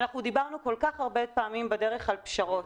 דיברנו כל כך הרבה פעמים בדרך על פשרות,